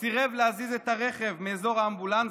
שסירב להזיז את הרכב מאזור האמבולנסים,